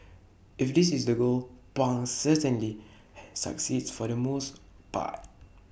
if this is the goal pang certainly succeeds for the most part